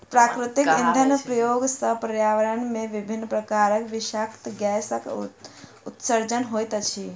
प्राकृतिक इंधनक प्रयोग सॅ पर्यावरण मे विभिन्न प्रकारक विषाक्त गैसक उत्सर्जन होइत अछि